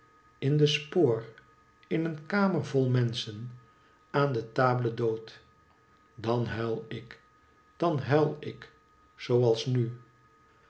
in de spoor in een kamer vol menschen aan de table dhote dan huil ik dan huil ik zoo als nu